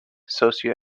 socio